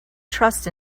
trust